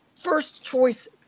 first-choice